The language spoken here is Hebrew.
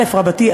א רבתי,